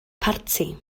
parti